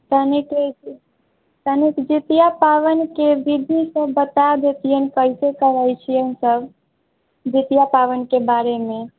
तनिक तनिक जितिआ पाबनिके बिधसब बता देतिए कइसे करै छिए सब जितिआ पाबनिके बारेमे